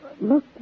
Look